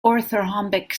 orthorhombic